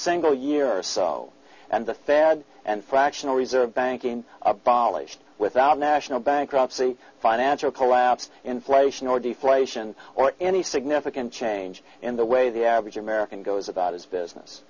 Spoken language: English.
single year or so and the fed and fractional reserve banking abolished without national bankruptcy financial collapse inflation or deflation or any significant change in the way the average american goes about his business